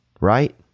right